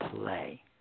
play